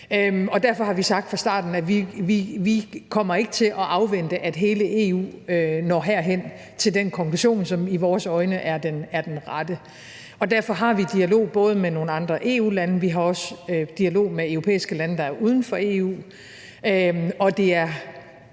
derfor har vi fra starten sagt, at vi ikke kommer til at afvente, at hele EU når herhen til den konklusion, som i vores øjne er den rette. Derfor har vi dialog ikke kun med nogle andre EU-lande, vi har også dialog med europæiske lande, der er uden for EU,